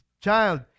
child